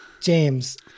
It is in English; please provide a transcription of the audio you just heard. James